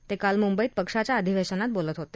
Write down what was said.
ते काल मुंबईत पक्षाच्या अधिवेशनात बोलत होते